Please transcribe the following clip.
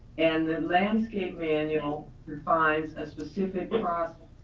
and the landscape manual provides a specific process.